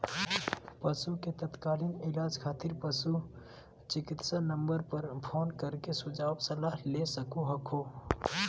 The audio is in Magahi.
पशु के तात्कालिक इलाज खातिर पशु चिकित्सा नम्बर पर फोन कर के सुझाव सलाह ले सको हखो